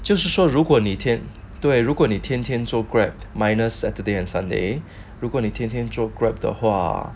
就是说如果哪天对如果你天天坐 Grab minus saturday and sunday 如果你天天坐 Grab 的话